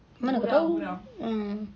mana aku tahu ah